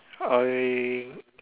I